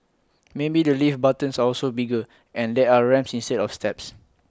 maybe the lift buttons are also bigger and there are ramps instead of steps